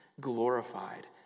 glorified